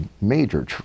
major